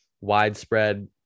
widespread